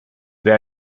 wer